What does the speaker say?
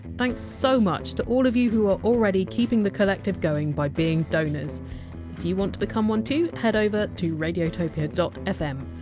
thanks so much to all of you who are already keeping the collective going by being donors if you want to become one too, head over to radiotopia fm.